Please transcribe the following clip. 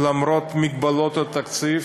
למרות מגבלות התקציב,